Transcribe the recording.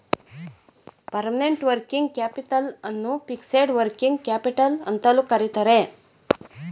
permanent working capital ಅನ್ನು fixed working capital ಅಂತಲೂ ಕರಿತರೆ